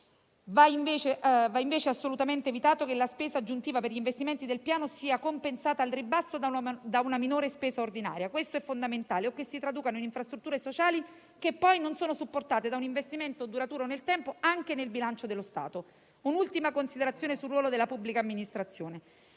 Va invece assolutamente evitato che la spesa aggiuntiva per gli investimenti del Piano sia compensata al ribasso da una minore spesa ordinaria - questo è fondamentale - o che si traduca in infrastrutture sociali che poi non sono supportate da un investimento duraturo nel tempo, anche nel bilancio dello Stato. Mi sia consentita un'ultima considerazione sul ruolo della pubblica amministrazione.